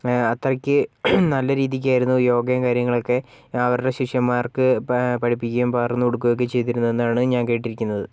അത്രയ്ക്ക് നല്ല രീതിക്കായിരുന്നു യോഗയും കാര്യങ്ങളുവൊക്കെ അവരുടെ ശിഷ്യന്മാർക്ക് പഠിപ്പിക്കുകയും പകർന്നു കൊടുക്കുകയുമൊക്കെ ചെയ്തിരുന്നത് എന്നാണ് ഞാൻ കേട്ടിരിക്കുന്നത്